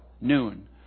noon